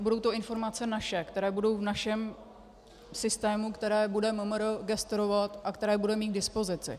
Budou to informace naše, které budou v našem systému, které bude MMR gestorovat a které bude mít k dispozici.